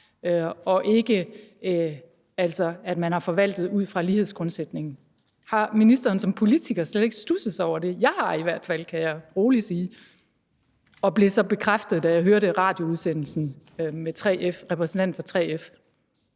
og at man ikke har forvaltet ud fra lighedsgrundsætningen? Har ministeren som politiker slet ikke studset over det? Jeg har i hvert fald, kan jeg roligt sige. Og jeg blev så bekræftet, da jeg hørte radioudsendelse med repræsentanten for 3F.